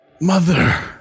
mother